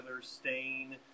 stain